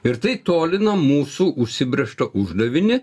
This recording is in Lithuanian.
ir tai tolina mūsų užsibrėžtą uždavinį